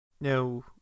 Now